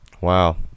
Wow